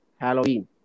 Halloween